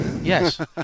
Yes